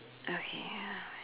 okay